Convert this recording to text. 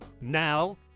now